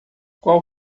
qual